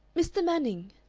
mr. manning,